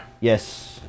Yes